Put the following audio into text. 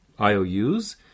ious